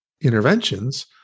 interventions